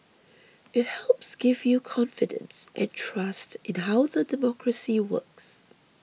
it helps gives you confidence and trust in how the democracy works